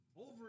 over